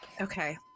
Okay